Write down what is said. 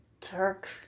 Turk